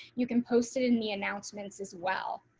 you can post it in the announcements, as well.